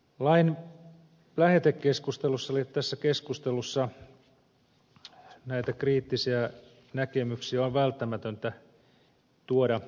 lain lähetekeskustelussa eli tässä keskustelussa näitä kriittisiä näkemyksiä on välttämätöntä tuoda esille